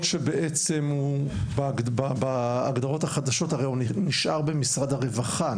שבעצם הוא בהגדרות החדשות במשרד הרווחה,